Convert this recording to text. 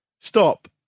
Stop